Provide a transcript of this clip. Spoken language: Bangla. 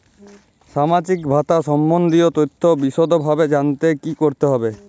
সামাজিক ভাতা সম্বন্ধীয় তথ্য বিষদভাবে জানতে কী করতে হবে?